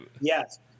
Yes